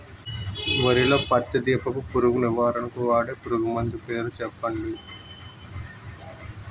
వరిలో పచ్చ దీపపు పురుగు నివారణకు వాడే పురుగుమందు పేరు చెప్పండి?